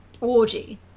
orgy